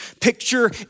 Picture